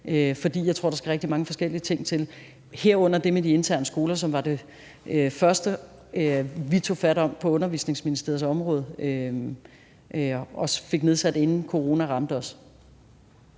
For jeg tror, at der skal rigtig mange forskellige ting til, herunder det med de interne skoler, som var det første, vi tog fat om på Børne- og Undervisningsministeriets område og fik nedsat, inden corona ramte os.